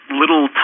little